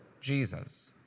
Jesus